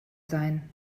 sein